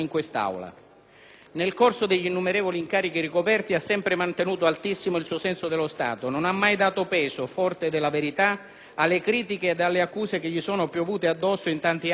Nel corso degli innumerevoli incarichi ricoperti ha sempre mantenuto altissimo il suo senso dello Stato: non ha mai dato peso, forte della verità, alle critiche ed alle accuse che gli sono piovute addosso in tanti anni di Governo.